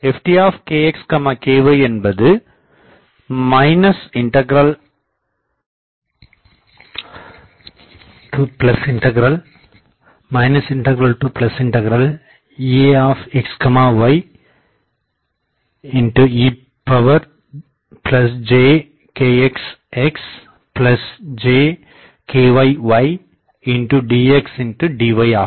Ftkxky என்பது ∞∞∞∞ Eaxy ejkxxjkyy dxdy ஆகும்